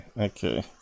Okay